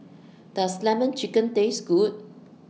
Does Lemon Chicken Taste Good